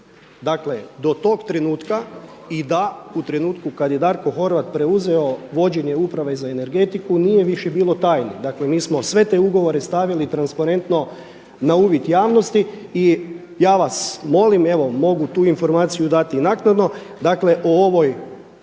Dakle, do tog trenutka i da u trenutku kad je Darko Horvat preuzeo vođenje Uprave za energetiku nije više bilo tajni. Dakle, mi smo sve te ugovore stavili transparentno na uvid javnosti i ja vas molim, evo mogu tu informaciju dati i naknadno. Dakle, o ovoj